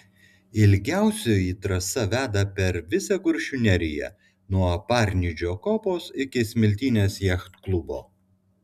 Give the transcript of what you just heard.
ilgiausioji trasa veda per visą kuršių neriją nuo parnidžio kopos iki smiltynės jachtklubo